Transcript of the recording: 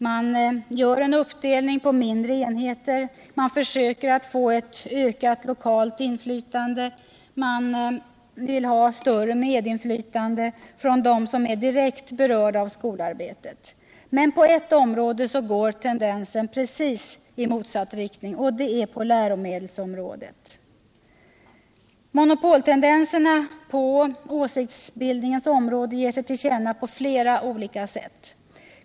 Man gör en uppdelning på mindre enheter, man försöker få ett ökat lokalt inflytande och man vill ha större inflytande från dem som är direkt berörda av skolarbetet. Men på ett område går tendensen i motsatt riktning, och det är på läromedelsområdet. Monopoltendenserna på åsiktsbildningens område ger sig till känna på flera olika sätt.